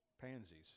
pansies